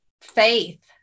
faith